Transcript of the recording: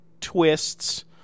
twists